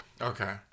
Okay